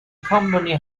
company